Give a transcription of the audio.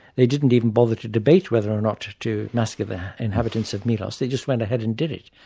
they didn't even bother to debate whether or not to to massacre the inhabitants of milos, they just went ahead and did it,